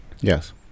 Yes